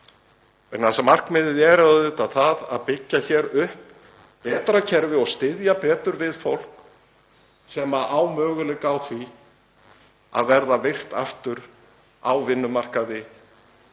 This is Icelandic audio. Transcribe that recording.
þess að markmiðið er að byggja hér upp betra kerfi og styðja betur við fólk sem á möguleika á því að verða virkt aftur á vinnumarkaði